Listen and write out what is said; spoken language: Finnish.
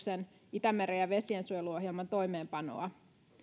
osa hallituksen itämeren ja vesiensuojeluohjelman toimeenpanoa